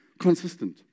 Consistent